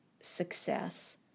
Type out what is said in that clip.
success